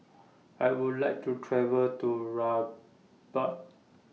I Would like to travel to Rabat